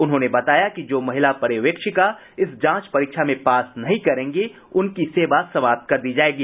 उन्होंने बताया कि जो महिला पर्यवेक्षिका इस जांच परीक्षा में पास नहीं करेंगी उनकी सेवा समाप्त कर दी जायेगी